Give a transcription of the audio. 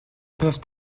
peuvent